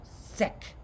sick